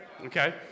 Okay